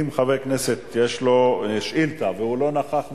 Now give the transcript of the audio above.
אם חבר הכנסת יש לו שאילתא והוא לא נכח באולם,